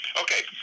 Okay